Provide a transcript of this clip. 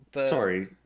Sorry